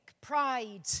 pride